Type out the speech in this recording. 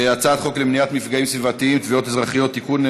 הצעות חוק למניעת מפגעים סביבתיים (תביעות אזרחיות) (תיקון,